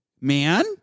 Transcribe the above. Man